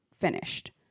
finished